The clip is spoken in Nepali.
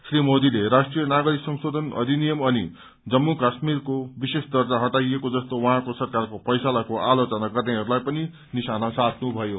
श्री मोदीले राष्ट्रिय नागरिक संशोधन अधिनियम अनि जम्मू काश्मिरको विशेष दर्जा हटाइएको जस्तो उहाँको सरकारको फैसलाको आलोचना गर्नेहरूलाई पनि निशाना साध्नुभयो